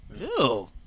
Ew